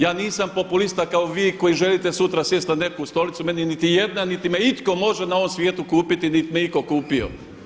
Ja nisam populista kao vi koji želite sutra sjesti na neku stolicu meni niti jedna, niti me itko može na ovom svijetu kupiti, niti me itko kupio.